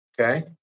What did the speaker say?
Okay